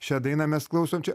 šią dainą mes klausom čia